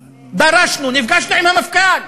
דרשנו, נפגשנו עם המפכ"ל,